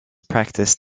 practised